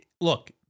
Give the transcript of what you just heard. look